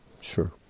Sure